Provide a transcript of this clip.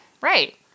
Right